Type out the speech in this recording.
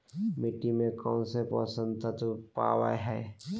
मिट्टी में कौन से पोषक तत्व पावय हैय?